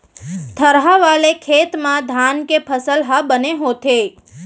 थरहा वाले खेत म धान के फसल ह बने होथे